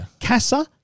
CASA